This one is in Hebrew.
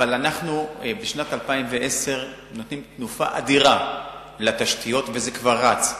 אבל בשנת 2010 אנחנו נותנים תנופה אדירה לתשתיות וזה כבר רץ.